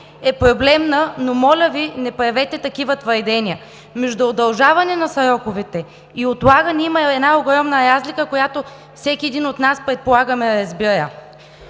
е проблемна, но, моля Ви, не правете такива твърдения. Между удължаване на сроковете и отлагане има една огромна разлика, която всеки един от нас, предполагам, разбира.